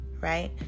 right